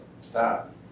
Stop